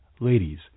Ladies